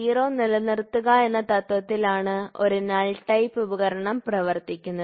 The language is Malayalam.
0 നിലനിർത്തുക എന്ന തത്വത്തിൽ ആണ് ഒരു നൾ ടൈപ്പ് ഉപകരണം പ്രവർത്തിക്കുന്നത്